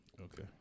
okay